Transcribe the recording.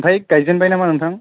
ओमफ्राय गायजेनबाय नामा नोंथां